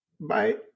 bye